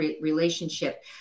relationship